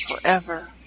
forever